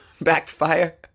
Backfire